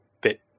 bit